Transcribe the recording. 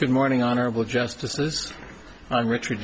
good morning honorable justices i'm richard